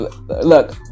Look